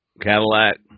Cadillac